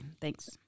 Thanks